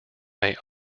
may